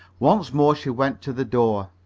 once more she went to the door,